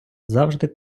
завжди